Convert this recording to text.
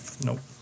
Nope